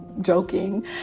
joking